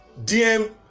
DM